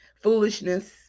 foolishness